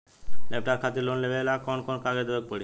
Laptop खातिर loan लेवे ला कौन कौन कागज देवे के पड़ी?